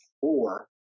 four